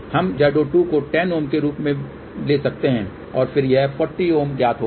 हम Z02 को 10 Ω के रूप में ले सकते हैं और फिर यह 40 Ω ज्ञात होगा